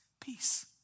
peace